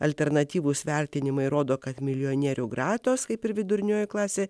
alternatyvūs vertinimai rodo kad milijonierių gretos kaip ir vidurinioji klasė